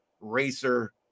racer